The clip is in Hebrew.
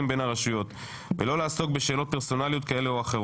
בין הרשויות ולא לעסוק בשאלות פרסונליות כאלה או אחרות.